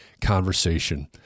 conversation